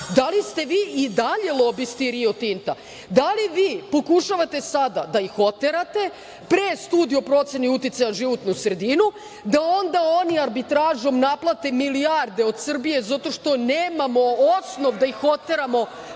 da li ste vi i dalje lobisti Rio Tinta? Da li vi pokušavate sada da ih oterate, pre Studije o proceni uticaja na životnu sredinu, da onda oni arbitražom naplate milijarde od Srbije, zato što nemamo osnov da ih oteramo,